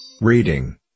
Reading